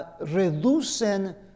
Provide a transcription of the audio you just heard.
reducen